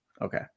Okay